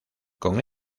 con